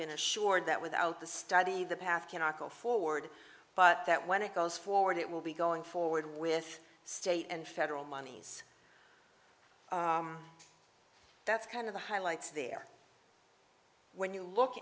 been assured that without the study the path cannot go forward but that when it goes forward it will be going forward with state and federal monies that's kind of the highlights there when you look